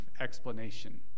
explanation